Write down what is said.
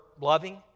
loving